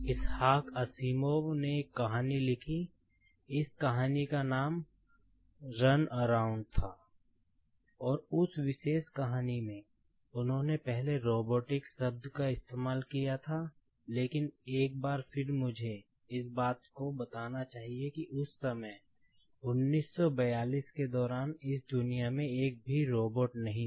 इसहाक Asimov नहीं था